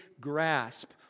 grasp